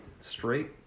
straight